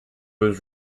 was